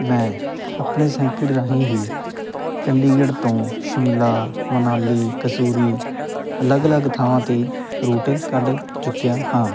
ਮੈਂ ਆਪਣੇ ਸੈਂਕਡ ਰਾਹੀਂ ਹੀ ਚੰਡੀਗੜ੍ਹ ਤੋਂ ਸ਼ਿਮਲਾ ਮਨਾਲੀ ਕਸੂਰੀ ਅਲੱਗ ਅਲੱਗ ਥਾਵਾਂ 'ਤੇ ਰੂਟ ਕੱਢ ਚੁੱਕਿਆ ਹਾਂ